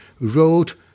wrote